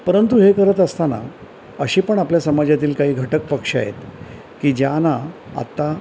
परंतु हे करत असताना अशी पण आपल्या समाजातील काही घटक पक्ष आहेत की ज्यांना आत्ता